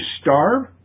starve